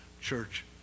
church